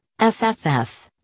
FFF